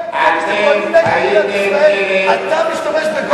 איך אתה לא מתבייש להשתמש בדוח הזה,